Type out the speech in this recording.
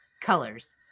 colors